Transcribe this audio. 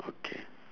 okay